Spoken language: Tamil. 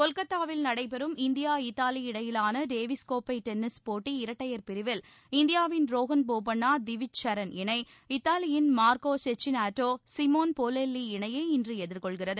கொல்கத்தாவில் நடைபெறும் இந்தியா இத்தாவி இடையிலான டேவிஸ் கோப்பை டென்னிஸ் போட்டி இரட்எடயர் பிரிவில் இந்தியாவின் ரோஹன் போபண்ணா திவிஜ் சரண் இணை இத்தாலியின் மார்க்கோ செஸ்ஸினாட்டோ சிமோன் போலெல்லி இணையை இன்று எதிர்கொள்கிறது